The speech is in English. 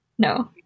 No